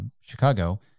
Chicago